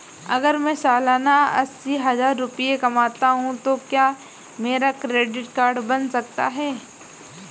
अगर मैं सालाना अस्सी हज़ार रुपये कमाता हूं तो क्या मेरा क्रेडिट कार्ड बन सकता है?